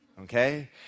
Okay